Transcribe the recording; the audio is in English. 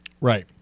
Right